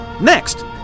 Next